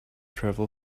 travel